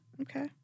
Okay